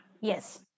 Yes